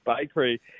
bakery